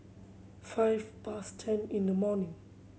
five past ten in the morning